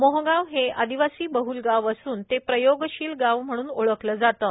मोहगाव हे आदिवासीबहल गाव असून ते प्रयोगशिल गाव म्हणून ओळखले जाते